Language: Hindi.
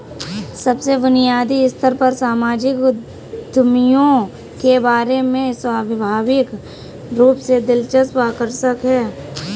सबसे बुनियादी स्तर पर सामाजिक उद्यमियों के बारे में स्वाभाविक रूप से दिलचस्प आकर्षक है